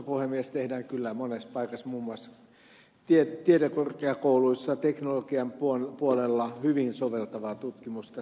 soveltavaa tutkimusta tehdään kyllä monessa paikassa muun muassa tiedekorkeakouluissa teknologian puolella hyvin soveltavaa tutkimusta